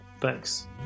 Thanks